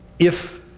if,